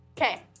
Okay